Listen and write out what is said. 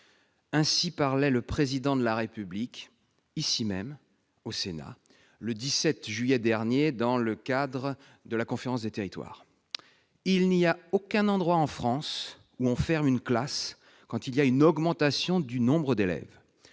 Ainsi parlait le Président de la République, ici même au Sénat, le 17 juillet dernier, dans le cadre de la Conférence nationale des territoires. « Il n'y a aucun endroit en France où on ferme une classe quand il y a une augmentation du nombre d'élèves. »